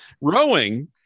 rowing